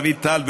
דוד טל,